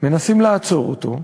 מנסים לעצור אותו.